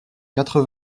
quatre